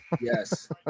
yes